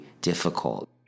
difficult